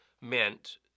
meant